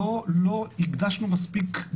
זה גם לא נגמר בפסק דין,